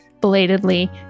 belatedly